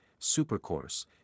Supercourse